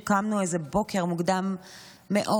שקמנו איזה בוקר מוקדם מאוד,